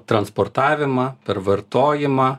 transportavimą per vartojimą